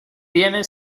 tiene